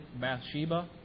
Bathsheba